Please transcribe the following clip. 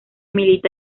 milita